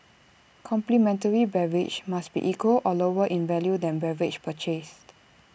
complimentary beverage must be equal or lower in value than beverage purchased